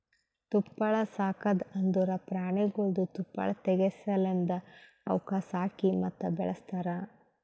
ತುಪ್ಪಳ ಸಾಕದ್ ಅಂದುರ್ ಪ್ರಾಣಿಗೊಳ್ದು ತುಪ್ಪಳ ತೆಗೆ ಸಲೆಂದ್ ಅವುಕ್ ಸಾಕಿ ಮತ್ತ ಬೆಳಸ್ತಾರ್